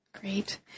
Great